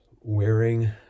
wearing